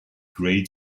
great